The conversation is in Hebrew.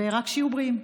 ורק שיהיו בריאים.